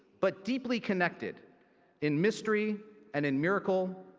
but deeply connected in mystery and in miracle,